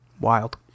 Wild